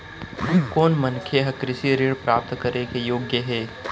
कोन मनखे ह कृषि ऋण प्राप्त करे के योग्य हे?